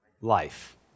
life